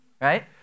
right